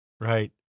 right